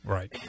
Right